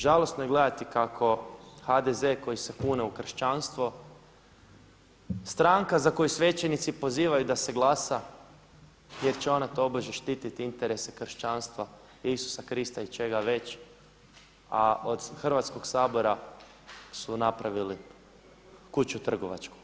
Žalosno je gledati kako HDZ koji se kune u kršćanstvo, stranka za koju svećenici pozivaju da se glasa jer će ona tobože štititi interese kršćanstva, Isusa Krista i čega već, a od Hrvatskog sabora su napravili kuću trgovačku.